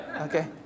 okay